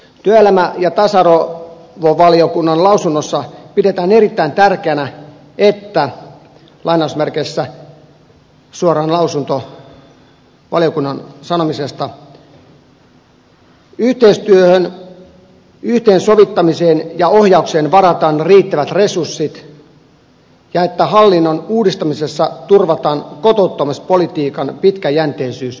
työelämä ja tasa arvovaliokunnan lausunnossa pidetään erittäin tärkeänä että suoraan lausunnosta valiokunnan sanomisista yhteistyöhön yhteensovittamiseen ja ohjaukseen varataan riittävät resurssit ja että hallinnon uudistamisessa turvataan kotouttamispolitiikan pitkäjänteisyys ja jatkuvuus